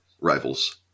rivals